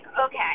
okay